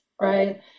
right